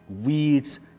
weeds